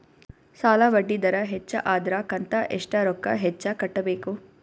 ಸಾಲಾ ಬಡ್ಡಿ ದರ ಹೆಚ್ಚ ಆದ್ರ ಕಂತ ಎಷ್ಟ ರೊಕ್ಕ ಹೆಚ್ಚ ಕಟ್ಟಬೇಕು?